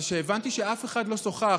זה שהבנתי שאף אחד לא שוחח